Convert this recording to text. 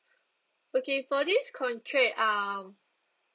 okay for this contract uh